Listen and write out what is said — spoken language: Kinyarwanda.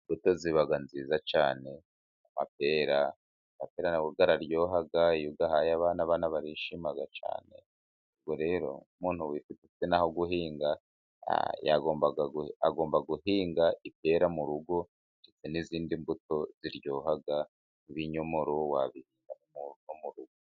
Imbuto ziba nziza cyane amapera, amapera na yo araryoha iyo uyahaye abana abana barishima cyane, ubwo rero muntu ufite nk'aho guhinga agomba guhinga ipera mu rugo, ndetse n'izindi mbuto ziryoha nk'ibinyomoro wabihinga mu rugo.